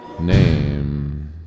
name